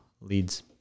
leads